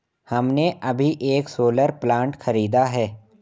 हमने अभी एक सोलर प्लांट खरीदा है